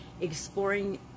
exploring